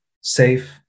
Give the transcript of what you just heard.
safe